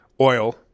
oil